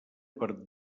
per